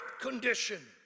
condition